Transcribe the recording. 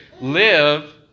live